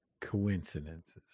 coincidences